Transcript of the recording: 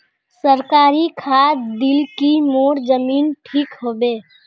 सरकारी खाद दिल की मोर जमीन ठीक होबे?